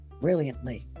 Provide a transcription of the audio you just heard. brilliantly